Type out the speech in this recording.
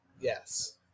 Yes